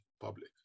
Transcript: public